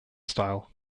style